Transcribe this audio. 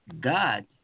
god